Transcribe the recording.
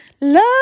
Love